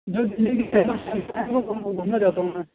جو دہلی کی فیمس وہ گھومنا چاہتا ہوں میں